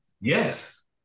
Yes